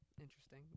interesting